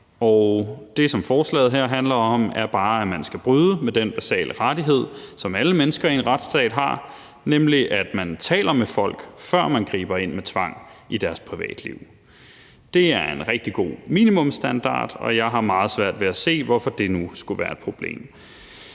Det, som forslaget her går ud på, er bare, at vi skal bryde med den basale rettighed, som alle mennesker i en retsstat har, nemlig at man taler med folk, før man griber ind med tvang i deres privatliv. Det er en rigtig god minimumsstandard, og jeg har meget svært ved at se, hvorfor det nu skulle være et problem.